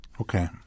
Okay